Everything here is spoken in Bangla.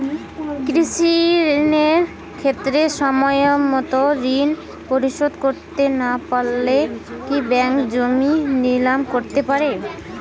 কৃষিঋণের ক্ষেত্রে সময়মত ঋণ পরিশোধ করতে না পারলে কি ব্যাঙ্ক জমি নিলাম করতে পারে?